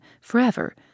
forever